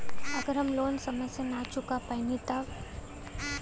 अगर हम लोन समय से ना चुका पैनी तब?